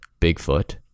Bigfoot